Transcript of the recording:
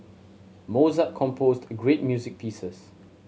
Mozart composed great music pieces